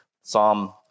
Psalm